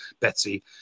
Betsy